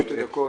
שתי דקות.